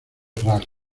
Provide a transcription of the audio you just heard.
rally